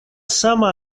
sama